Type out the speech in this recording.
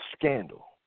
Scandal